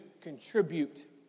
contribute